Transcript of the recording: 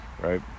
Right